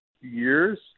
years